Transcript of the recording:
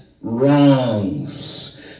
wrongs